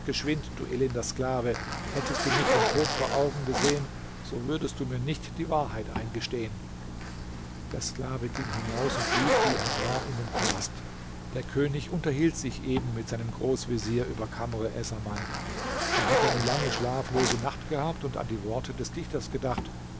geschwind du elender sklave hättest du nicht den tod vor augen gesehen so würdest du mir nicht die wahrheit eingestehen der sklave ging hinaus und lief wie er war in den palast der könig unterhielt sich eben mit seinem großvezier über kamr essaman er hatte eine lange schlaflose nacht gehabt und an die worte des dichters gedacht